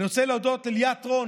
אנחנו רוצים להצביע, יאללה.